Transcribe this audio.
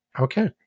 Okay